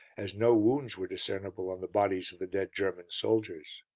as no wounds were discernible on the bodies of the dead german soldiers.